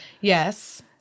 Yes